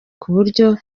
kuburyo